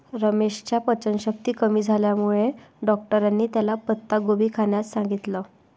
रमेशच्या पचनशक्ती कमी झाल्यामुळे डॉक्टरांनी त्याला पत्ताकोबी खाण्यास सांगितलं